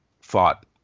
fought